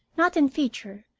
not in feature,